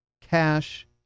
cash